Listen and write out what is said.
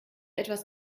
etwas